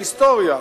בהיסטוריה,